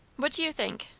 what do you think?